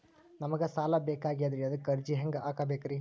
ನಮಗ ಸಾಲ ಬೇಕಾಗ್ಯದ್ರಿ ಅದಕ್ಕ ಅರ್ಜಿ ಹೆಂಗ ಹಾಕಬೇಕ್ರಿ?